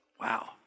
Wow